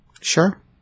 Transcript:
Sure